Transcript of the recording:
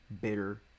bitter